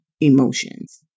emotions